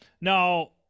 Now